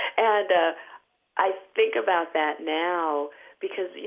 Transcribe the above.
and ah i think about that now because, you